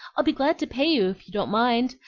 i'll be glad to pay you if you don't mind.